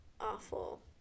awful